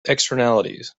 externalities